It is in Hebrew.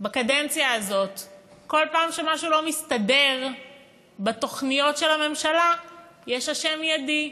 כל פעם שמשהו לא מסתדר בתוכניות של הממשלה יש אשם מיידי: